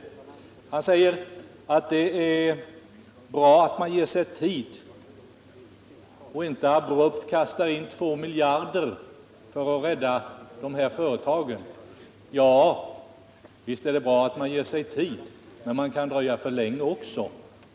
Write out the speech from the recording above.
Herr Huss säger att det är bra att man ger sig tid och inte abrupt kastar in 2 miljarder för att rädda de här företagen. Visst är det bra att man ger sig tid, men man kan dröja för länge också.